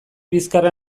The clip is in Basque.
bizkarra